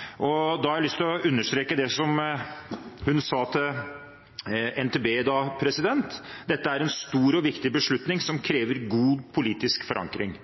har lyst til å understreke det hun sa til NTB da: «Dette er en stor og viktig beslutning som krever god politisk forankring.»